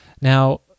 Now